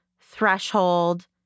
threshold